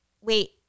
wait